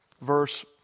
verse